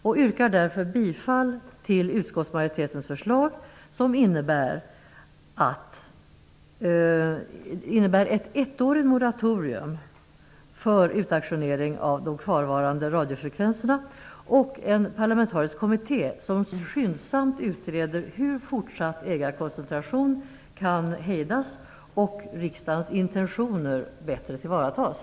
Jag yrkar därför bifall till utskottsmajoritetens förslag, som innebär ett ettårigt moratorium för utauktionering av de kvarvarande radiofrekvenserna och tillsättandet av en parlamentarisk kommitté som skyndsamt utreder hur fortsatt ägarkoncentration kan hävas och riksdagens intentioner bättre tillvaratas.